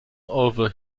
over